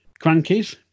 crankies